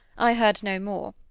i heard no more,